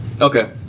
Okay